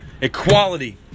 equality